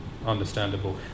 Understandable